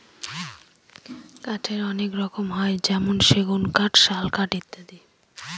কাঠের অনেক রকম হয় যেমন সেগুন কাঠ, শাল কাঠ ইত্যাদি